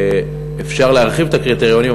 אפשר להרחיב את הקריטריונים,